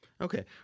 Okay